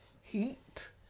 heat